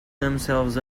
themselves